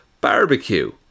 Barbecue